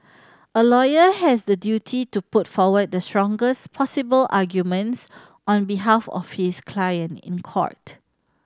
a lawyer has the duty to put forward the strongest possible arguments on behalf of his client in court